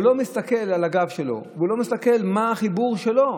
והוא לא מסתכל על הגב שלו והוא לא מסתכל על החיבור שלו.